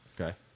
Okay